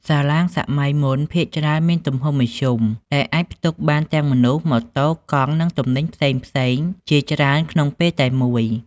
សាឡាងសម័យមុនភាគច្រើនមានទំហំមធ្យម ដែលអាចផ្ទុកបានទាំងមនុស្ស ម៉ូតូ កង់ និងទំនិញផ្សេងៗជាច្រើនក្នុងពេលតែមួយ។